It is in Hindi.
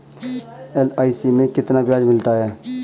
एल.आई.सी में कितना ब्याज मिलता है?